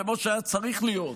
כמו שהיה צריך להיות,